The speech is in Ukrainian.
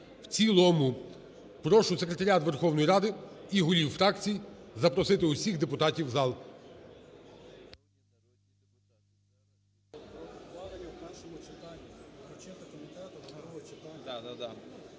в цілому. Прошу секретаріат Верховної Ради і голів фракцій запросити усіх депутатів в зал.